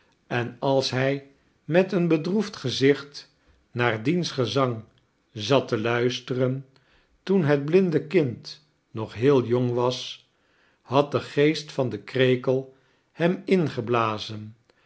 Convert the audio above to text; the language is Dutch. en als hij met een bedroef d gezicht naar diens gezang zat te luisteren toea het blinde kind nog heel jong was had de geest van den krekel hem ingeblazen